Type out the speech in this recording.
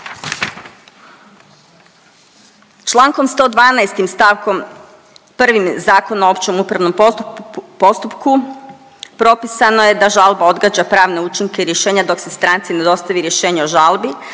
Člankom 112. stavkom 1. Zakona o općem upravnom postupku propisano je da žalba odgađa pravne učinke rješenja dok stranici ne dostavi rješenje o žalbi,